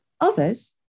Others